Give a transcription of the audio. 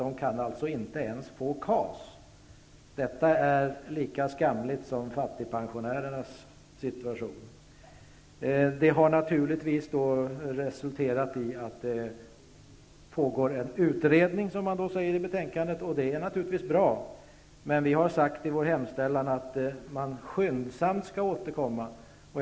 De kan således inte ens få KAS. Detta är lika skamligt som situationen för fattigpensionärerna. Det här har resulterat i att det pågår en utredning, vilket sägs i betänkandet. Det är naturligtvis bra. Men vi har sagt i vår hemställan att man skall återkomma skyndsamt.